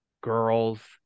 girls